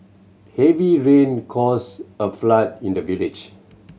heavy rain caused a flood in the village